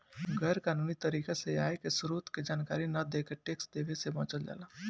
गैर कानूनी तरीका से आय के स्रोत के जानकारी न देके टैक्स देवे से बचल जाला